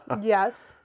Yes